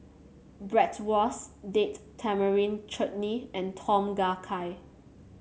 Bratwurst Date Tamarind Chutney and Tom Kha Gai